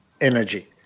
energy